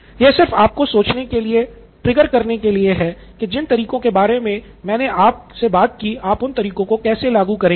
यह सिर्फ आपको सोचने के लिए ट्रिगर करने के लिए है कि जिन तरीकों के बारे में मैंने बात की आप उन तरीकों को कैसे लागू करेंगे